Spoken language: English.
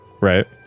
right